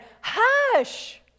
hush